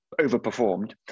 Overperformed